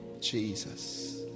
Jesus